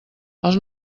els